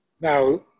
Now